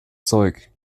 zeug